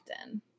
often